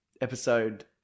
episode